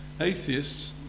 Atheists